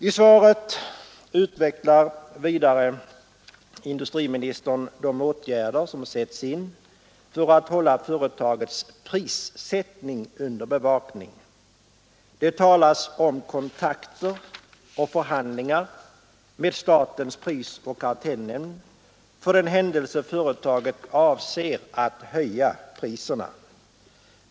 I svaret utvecklar industriministern de åtgärder som sätts in för att hålla företagets prissättning under bevakning. Det talas om kontakter och förhandlingar med statens prisoch kartellnämnd för den händelse företaget avser att höja priserna.